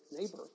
neighbor